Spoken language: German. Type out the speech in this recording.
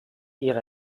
ihre